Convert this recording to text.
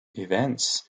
events